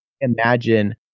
imagine